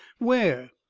where?